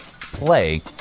play